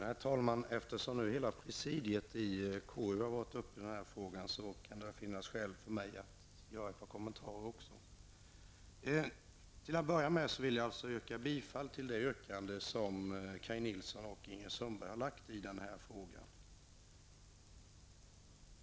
Herr talman! Eftersom nu konstitutionsutskottets hela presidium har varit uppe i denna fråga kan det väl finnas skäl för mig att göra ett par kommentarer. Till att börja med vill jag yrka bifall till det yrkande som Kaj Nilsson och Ingrid Sundberg har lagt fram i denna fråga.